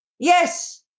Yes